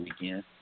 weekend